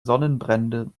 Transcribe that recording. sonnenbrände